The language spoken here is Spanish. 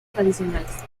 tradicionales